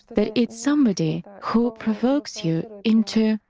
that it's somebody who provokes you into.